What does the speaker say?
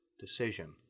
decision